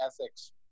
ethics